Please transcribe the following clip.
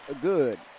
good